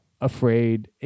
afraid